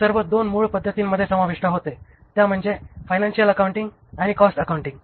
हे सर्व २ मूळ पद्धतींमध्ये समाविष्ट होते त्या म्हणजे फायनान्शिअल अकाउंटिंग आणि कॉस्ट अकाउंटिंग